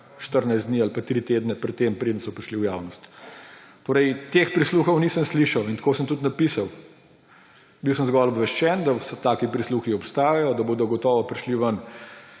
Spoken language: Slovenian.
14 dni ali tri tedne, preden so prišli v javnost. Torej teh prisluhov nisem slišal in tako sem tudi napisal. Bil sem zgolj obveščen, da taki prisluhi obstajajo, da bodo gotovo prišli ven